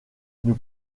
nous